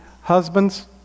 husbands